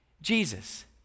Jesus